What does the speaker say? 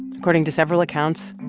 according to several accounts,